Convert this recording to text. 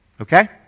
Okay